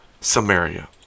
Samaria